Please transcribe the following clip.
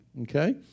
Okay